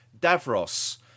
Davros